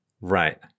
Right